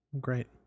Great